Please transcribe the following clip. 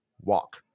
walk